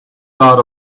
dot